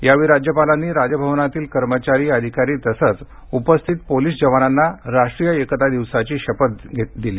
यावेळी राज्यपालांनी राजभवनातील कर्मचारी अधिकारी तसंच उपस्थित पोलीस जवानांना राष्ट्रीय एकता दिवसाची शपथ घेतली